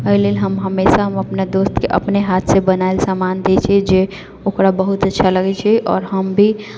अय लेल हम हमेशा अपना दोस्तके अपने हाथसँ बनायल समान दै छियै जे ओकरा बहुत अच्छा लगै छै आओर हम भी